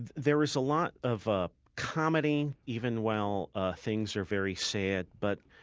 there is a lot of ah comedy even while things are very sad. but